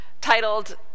titled